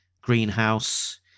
greenhouse